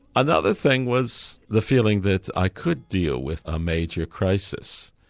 another thing was the feeling that i could deal with a major crisis,